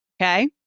Okay